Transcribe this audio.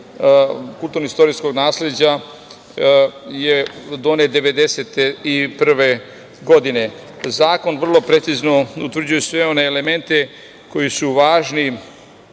kulturno-istorijskog nasleđa je donet 1991. godine. Zakon vrlo precizno utvrđuje sve one elemente koji su važni